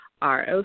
ROC